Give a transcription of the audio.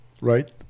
Right